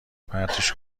پرتش